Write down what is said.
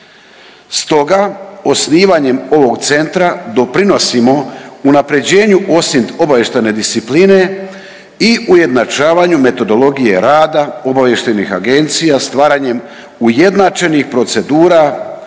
Stoga osnivanjem ovog Centra doprinosimo unaprjeđenju OSINT obavještajne discipline i ujednačavanju metodologije rada obavještajnih agencija stvaranjem ujednačih procedura